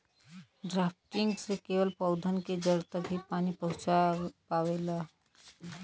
drafting से केवल पौधन के जड़ तक ही पानी पहुँच पावेला